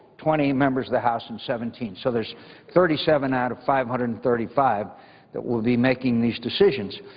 twenty members of the house and seventeen. so there's thirty seven out of five hundred and thirty five that will be making these decisions.